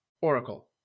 Oracle